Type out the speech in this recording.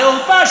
לעורפה,